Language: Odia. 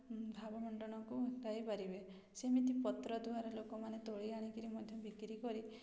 ମଣ୍ଡଣକୁ ଯାଇପାରିବେ ସେମିତି ପତ୍ର ଦ୍ୱାରା ଲୋକମାନେ ତୋଳି ଆଣିକରି ମଧ୍ୟ ବିକ୍ରି କରି